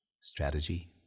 strategy